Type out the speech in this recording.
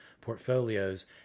portfolios